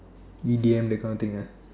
E_D_M that kind of thing ah